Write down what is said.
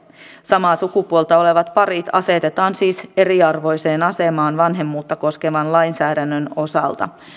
samaa sukupuolta olevat parit asetetaan siis eriarvoiseen asemaan vanhemmuutta koskevan lainsäädännön osalta